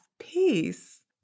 peace